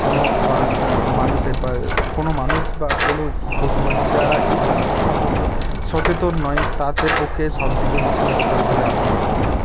কোনো আস মানুষের বা কোনো মানুষ বা কোনো পশু পাখি যারা এই সমস্ত সম্পর্কে সচেতন নয় তাদের পক্ষে সব থেকে বেশি উপকার বলে আমার মনে হয়